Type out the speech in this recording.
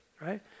right